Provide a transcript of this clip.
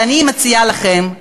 אז אני מציעה לכם,